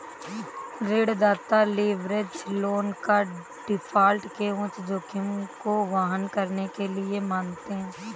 ऋणदाता leverage loan को default के उच्च जोखिम को वहन करने के लिए मानते हैं